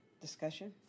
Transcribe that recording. discussion